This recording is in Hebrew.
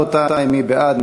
רבותי, מי בעד?